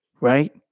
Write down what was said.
Right